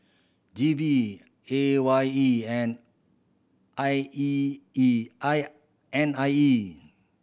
G V A Y E and I E E I and N I E